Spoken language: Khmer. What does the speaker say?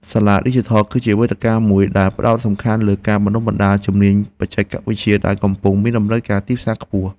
សាលាឌីជីថល គឺជាវេទិកាមួយដែលផ្ដោតសំខាន់លើការបណ្ដុះបណ្ដាលជំនាញបច្ចេកវិទ្យាដែលកំពុងមានតម្រូវការទីផ្សារខ្ពស់។